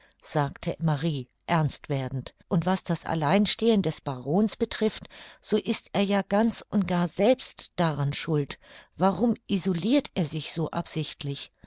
sagte marie ernst werdend und was das alleinstehen des barons betrifft so ist er ja ganz und gar selbst daran schuld warum isolirt er sich so absichtlich